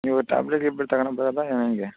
ನೀವು ಟ್ಯಾಬ್ಲೆಟ್ ಗಿಬ್ಲೆಟ್ ತಕಂಡು ಬರೋದಾ ಹೆಂಗೆ